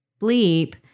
bleep